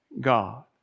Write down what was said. God